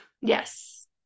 Yes